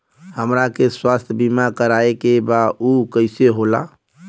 हमरा के स्वास्थ्य बीमा कराए के बा उ कईसे होला?